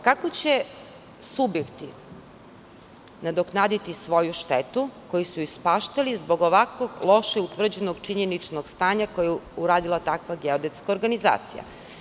Kako će subjekti nadoknaditi svoju štetu koju su ispaštali zbog ovako loše utvrđenog činjeničnog stanja koje je uradila takva geodetska organizacija?